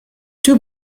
too